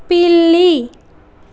పిల్లి